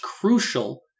crucial